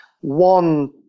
One